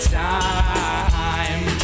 time